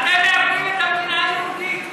אתם מאבדים את המדינה היהודית.